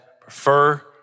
prefer